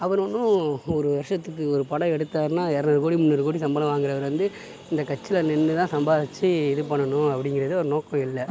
அவர் ஒன்னும் ஒரு வருஷத்துக்கு ஒரு படம் எடுத்தார்னால் இரநூறு கோடி முந்நூறு கோடி சம்பளம் வாங்கிறவரு வந்து இந்த கட்சியில் நின்றுதான் சம்பாரித்து இது பண்ணனும் அப்படிங்கறது அவர் நோக்கம் இல்லை